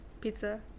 pizza